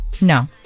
no